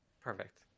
Perfect